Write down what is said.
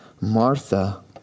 Martha